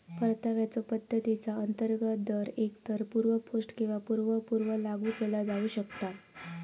परताव्याच्यो पद्धतीचा अंतर्गत दर एकतर पूर्व पोस्ट किंवा पूर्व पूर्व लागू केला जाऊ शकता